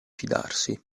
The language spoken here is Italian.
fidarsi